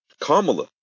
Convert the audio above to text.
Kamala